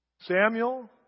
Samuel